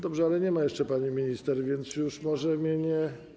Dobrze, ale nie ma jeszcze pani minister, więc już może mnie nie.